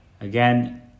again